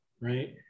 right